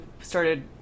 started